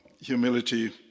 humility